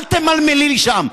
אל תמלמלי לי שם.